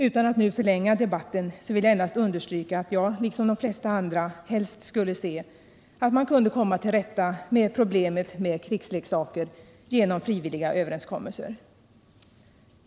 Jag vill inte förlänga debatten utan endast understryka att jag, liksom de flesta andra, helst skulle se att man kunde komma till rätta med problemet med krigsleksaker genom frivilliga överenskommelser.